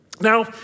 Now